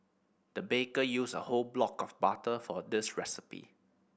the baker used a whole block of butter for this recipe